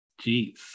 jeez